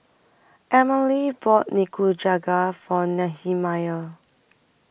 Emmalee bought Nikujaga For Nehemiah